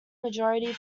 majority